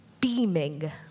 beaming